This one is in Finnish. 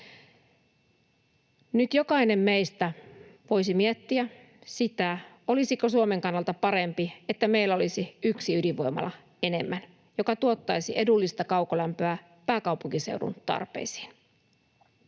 Nyt jokainen meistä voisi miettiä sitä, olisiko Suomen kannalta parempi, että meillä olisi yksi ydinvoimala enemmän, joka tuottaisi edullista kaukolämpöä pääkaupunkiseudun tarpeisiin.